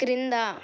క్రింద